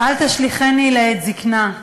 "אל תשליכני לעת זקנה.